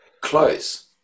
Close